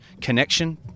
connection